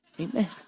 Amen